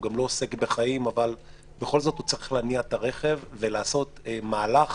הם בסך הכל צריכים להניע את הרכב ולעשות מהלך